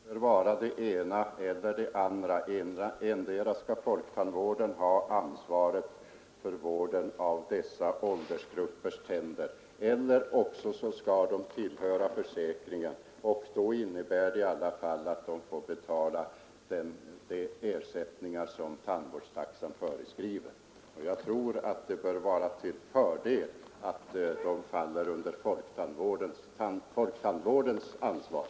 Herr talman! Det bör vara det ena eller det andra. Antingen skall folktandvården ha ansvaret för vården av dessa åldersgruppers tänder eller också skall man tillhöra försäkringen. I det senare fallet får man betala de ersättningar som tandvårdstaxan föreskriver. Det bör vara till fördel för barnen att de faller under folktandvårdens ansvar.